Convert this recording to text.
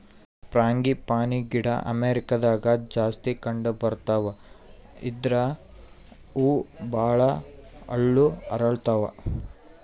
frangipani ಗಿಡ ಅಮೇರಿಕಾದಾಗ್ ಜಾಸ್ತಿ ಕಂಡಬರ್ತಾವ್ ಇದ್ರ್ ಹೂವ ಭಾಳ್ ಹಳ್ಳು ಅರಳತಾವ್